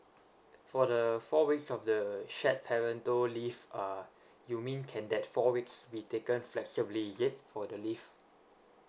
for the four weeks of the shared parental leaves uh you mean can that four weeks be taken flexibly is it for the leave